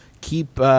Keep